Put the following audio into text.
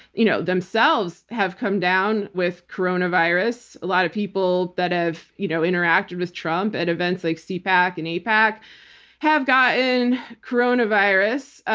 you know themselves have come down with coronavirus. a lot of people that have you know interacted with trump at events like so cpac and apac have gotten coronavirus.